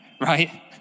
right